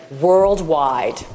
worldwide